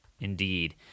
Indeed